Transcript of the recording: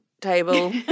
table